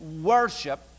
worship